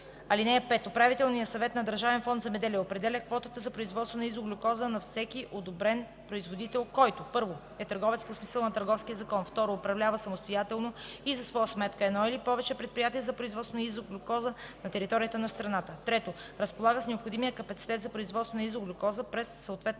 година. (5) Управителният съвет на Държавен фонд „Земеделие” определя квота за производство на изоглюкоза на всеки одобрен производител, който: 1. е търговец по смисъла на Търговския закон; 2. управлява самостоятелно и за своя сметка едно или повече предприятия за производство на изоглюкоза на територията на страната; 3. разполага с необходимия капацитет за производство на изоглюкоза през съответната